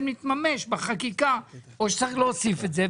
מתממש בחקיקה או שצריך להוסיף את זה.